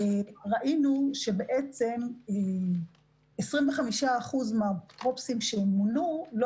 ראינו שבעצם 25% מן האפוטרופוסים שמונו לא